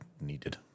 needed